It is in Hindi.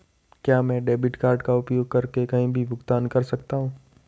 क्या मैं डेबिट कार्ड का उपयोग करके कहीं भी भुगतान कर सकता हूं?